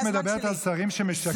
את מדברת על שרים שמשקרים?